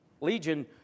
Legion